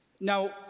Now